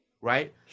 right